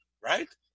right